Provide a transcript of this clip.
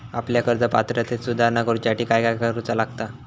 आपल्या कर्ज पात्रतेत सुधारणा करुच्यासाठी काय काय करूचा लागता?